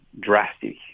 drastic